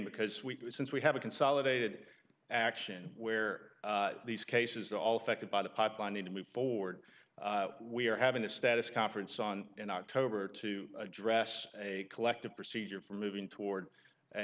because we since we have a consolidated action where these cases all fitted by the pipeline need to move forward we are having a status conference on in october to address a collective procedure for moving toward a